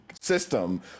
system